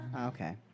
Okay